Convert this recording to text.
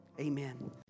Amen